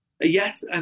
Yes